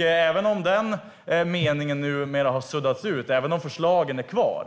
Även om den meningen numera har suddats ut är förslagen kvar.